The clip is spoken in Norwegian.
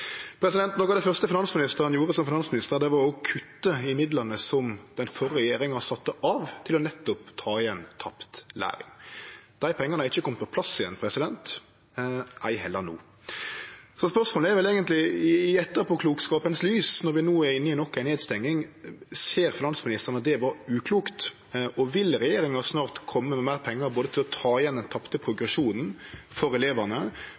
av det første finansministeren gjorde som finansminister, var å kutte i midlane som den førre regjeringa sette av til nettopp å ta igjen tapt læring. Dei pengane er ikkje komne på plass igjen, ei heller no. Så spørsmålet er vel eigentleg: Ser finansministeren i etterpåklokskapens lys, når vi no er inne i nok ei nedstenging, at det var uklokt? Og vil regjeringa snart kome med meir pengar, både for å ta igjen den tapte progresjonen for elevane